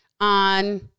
on